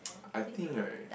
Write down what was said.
I think right